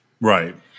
Right